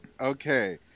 okay